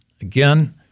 again